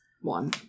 One